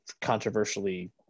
controversially